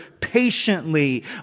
patiently